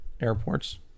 airports